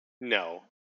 No